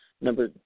number